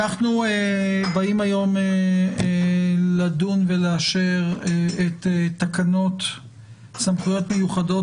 אנחנו באים היום לדון ולאשר את תקנות מיוחדות